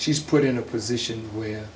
she's put in a position where